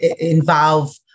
involve